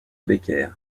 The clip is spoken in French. becker